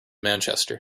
manchester